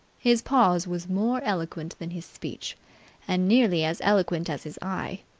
his pause was more eloquent than his speech and nearly as eloquent as his eye.